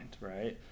right